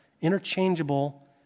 interchangeable